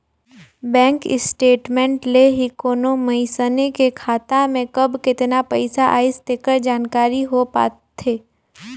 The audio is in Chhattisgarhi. बेंक स्टेटमेंट ले ही कोनो मइसने के खाता में कब केतना पइसा आइस तेकर जानकारी हो पाथे